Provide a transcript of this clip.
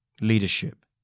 leadership